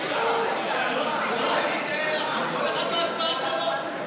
כל אחד וההצבעה שלו.